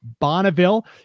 Bonneville